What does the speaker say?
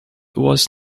was